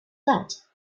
that